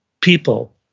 people